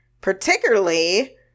particularly